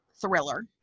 thriller